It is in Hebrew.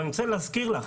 אבל אני רוצה להזכיר לך,